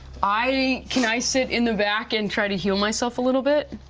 i can i sit in the back and try to heal myself a little bit?